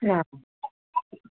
ആ